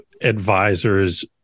advisors